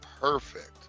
perfect